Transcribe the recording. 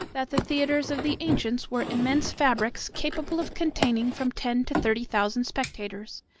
that the theatres of the ancients were immense fabrics capable of containing from ten to thirty thousand spectators,